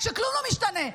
שכלום לא משתנה,